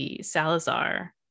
Salazar